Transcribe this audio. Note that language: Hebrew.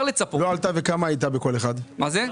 לא עלתה, אבל כמה היא הייתה בכל אחת מהחברות?